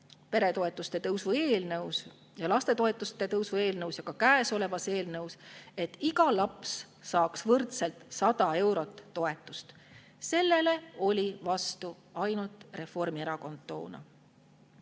peretoetuste tõusu eelnõus ja lastetoetuste tõusu eelnõus ja ka käesolevas eelnõus, et iga laps saaks võrdselt 100 eurot toetust. Sellele oli toona vastu ainult Reformierakond.